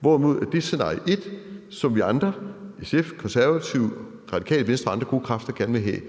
hvorimod det scenarie 1, som vi andre – SF, Konservative, Radikale Venstre og andre gode kræfter – gerne vil have,